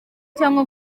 cyangwa